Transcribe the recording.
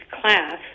class